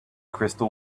crystal